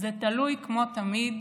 זה תלוי, כמו תמיד,